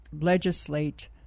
legislate